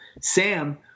Sam